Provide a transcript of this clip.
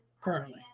currently